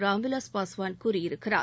ராம்விலாஸ் பஸ்வான் கூறியிருக்கிறார்